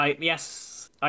Yes